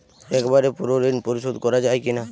একবারে পুরো ঋণ পরিশোধ করা যায় কি না?